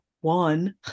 one